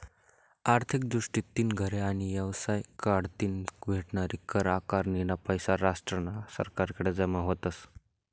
आर्थिक दृष्टीतीन घरे आणि येवसाय कढतीन भेटनारी कर आकारनीना पैसा राष्ट्रना सरकारकडे जमा व्हतस